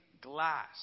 glass